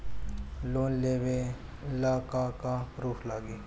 Loan लेबे ला का का पुरुफ लागि?